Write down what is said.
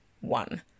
one